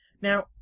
Now